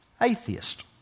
Atheist